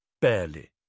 Barely